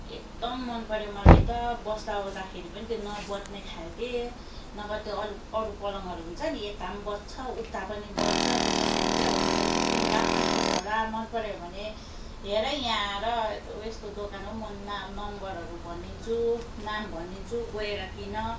एकदम मनपऱ्यो मलाई त बस्दाओर्दाखेरि पनि त्यो नबज्ने खालके नभए त्यो अरू पलङहरू हुन्छ नि यता पनि बज्छ उता पनि बज्छ त्यस्तो खाले चाहिँ होइन रहेछ तिमीलाई पनि मनपर्छ होला मनपऱ्यो भने हेर यहाँ आएर उयसको दोकान हो म नम्बरहरू भनिदिन्छु नाम भनिदिन्छु गएर किन